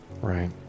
Right